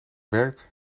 werkt